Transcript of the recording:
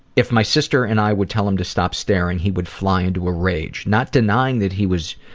if my sister and i would tell him to stop staring, he would fly into a rage, not denying that he was,